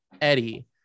Eddie